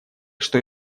что